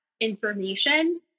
information